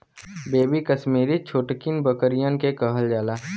baby कसमीरी छोटकिन बकरियन के कहल जाला